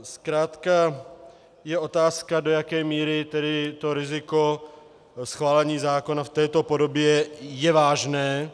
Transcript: Zkrátka je otázka, do jaké míry riziko schválení zákona v této podobě je vážné.